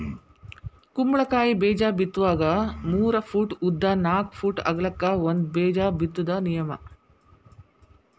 ಕುಂಬಳಕಾಯಿ ಬೇಜಾ ಬಿತ್ತುವಾಗ ಮೂರ ಪೂಟ್ ಉದ್ದ ನಾಕ್ ಪೂಟ್ ಅಗಲಕ್ಕ ಒಂದ ಬೇಜಾ ಬಿತ್ತುದ ನಿಯಮ